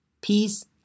peace